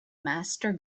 master